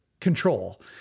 control